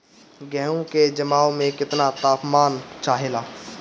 गेहू की जमाव में केतना तापमान चाहेला?